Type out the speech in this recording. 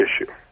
issue